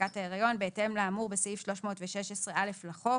הפסקת ההריון בהתאם לאמור בסעיף 316(א) לחוק.